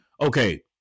Okay